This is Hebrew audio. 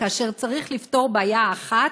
כאשר צריך לפתור בעיה אחת,